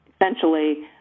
essentially